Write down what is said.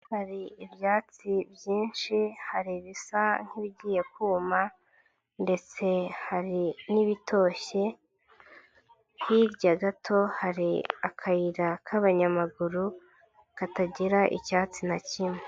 Hari ibyatsi byinshi, hari ibisa nk'ibigiye kuma ndetse hari n'ibitoshye, hirya gato hari akayira k'abanyamaguru, katagira icyatsi na kimwe.